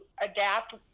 adapt